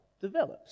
develops